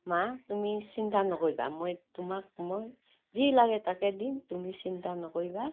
মা তুমি চিন্তা নকৰিবা মই তোমাক মই যি লাগে তাকে দিম তুমি চিন্তা নকৰিবা